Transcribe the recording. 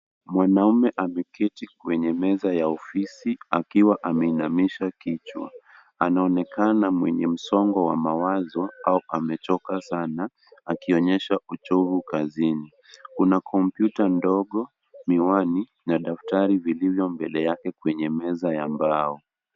Mwanamme ameketi kwenye meza ya ofisi akiwa ameinamisha kichwa. Anaonekana mwenye msongo wa mawazo au amechoka sana akionyesha uchovu kazi I. Kuna kompyuta ndogo, miwani na daftari vilizo mbele yake kwenye meza ya mbao.